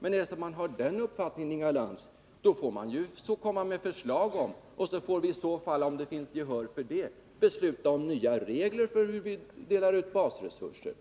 Men är det så att man har den uppfattningen, Inga Lantz, får man komma med förslag, och i så fall får vi — om det finns gehör för det — besluta om nya regler för hur vi skall fördela basresurser,